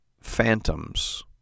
phantoms